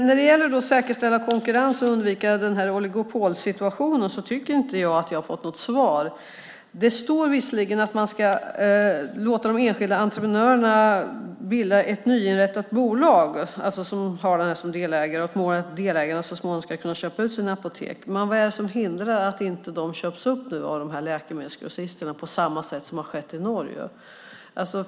När det gäller att säkerställa konkurrens och undvika oligopolsituationen tycker jag inte att jag har fått ett svar. Det står visserligen att man ska låta de enskilda entreprenörerna bilda ett nyinrättat bolag, där målet är att delägarna så småningom ska kunna köpa ut sina apotek. Men vad är det som hindrar att de inte köps upp av läkemedelsgrossisterna på samma sätt som har skett i Norge?